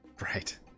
Right